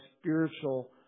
spiritual